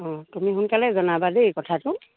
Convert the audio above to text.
অঁ তুমি সোনকালে জনাবা দেই কথাটো